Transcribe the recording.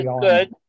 good